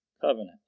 covenant